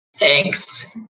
Thanks